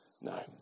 no